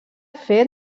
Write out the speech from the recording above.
fet